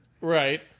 Right